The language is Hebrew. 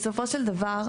בסופו של דבר,